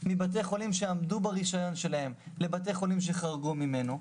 םמבתי חולים שעמדו ברישיון שלהם לבתי חולים שחרגו ממנו,